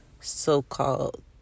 so-called